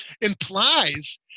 implies